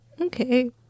Okay